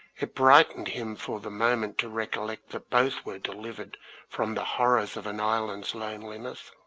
it brightened him for the moment to recollect that both were delivered from the horrors of an island's loneliness.